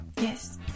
Yes